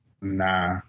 Nah